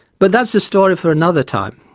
but that's a story for another time.